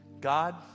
God